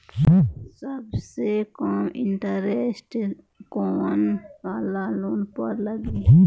सबसे कम इन्टरेस्ट कोउन वाला लोन पर लागी?